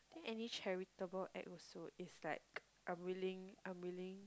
any charitable act also if like I'm willing I'm willing